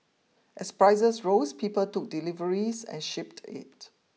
as prices rose people took deliveries and shipped it